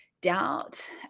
doubt